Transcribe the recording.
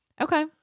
okay